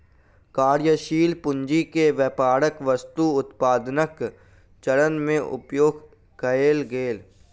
कार्यशील पूंजी के व्यापारक वस्तु उत्पादनक चरण में उपयोग कएल गेल